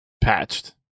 patched